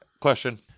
question